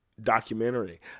documentary